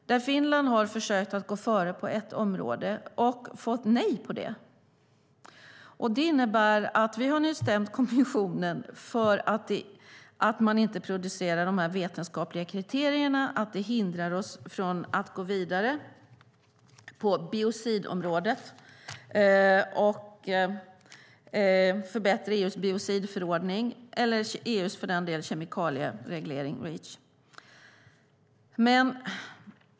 Finland har försökt gå före på ett område och fått nej på det. Vi har nu stämt kommissionen för att man inte producerar de vetenskapliga kriterierna, vilket hindrar oss från att gå vidare och förbättra EU:s biocidförordning eller EU:s kemikaliereglering Reach.